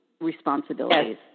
responsibilities